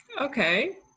Okay